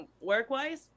work-wise